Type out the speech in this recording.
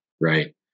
right